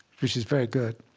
which is very good.